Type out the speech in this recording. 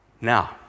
Now